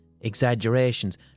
exaggerations